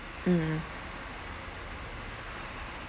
mm